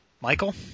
Michael